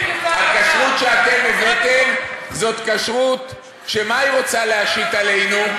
הכשרות שאתם הבאתם זאת כשרות שמה היא רוצה להשית עלינו?